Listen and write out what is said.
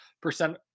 percent